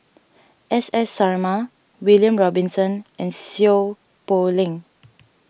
S S Sarma William Robinson and Seow Poh Leng